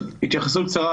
התייחסות קצרה,